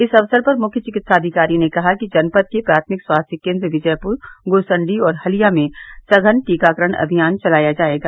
इस अवसर पर मुख्य चिकित्साधिकारी ने कहा कि जनपद के प्राथमिक स्वास्थ्य केन्द्र विजयपुर गुरूसण्डी और हलिया में सघन टीकाकरण अभियान चलाया जाएगा